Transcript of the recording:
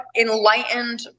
enlightened